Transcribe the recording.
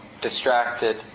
distracted